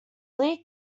league